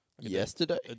Yesterday